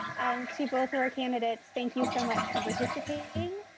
to both of our candidates, thank you so much for participating.